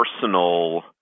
personal